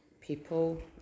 people